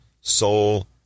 soul